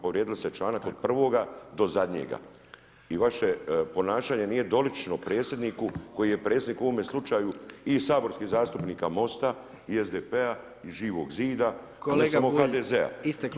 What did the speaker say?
Povrijedili ste članak od prvoga do zadnjega i vaše ponašanje nije dolično predsjedniku koji je predsjednik u ovome slučaju i saborskih zastupnika Most-a i SDP-a i Živog zida, a ne samo HDZ-a